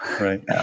Right